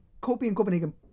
Copenhagen